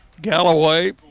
Galloway